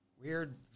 weird